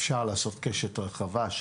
אפשר לעשות קשת רחבה.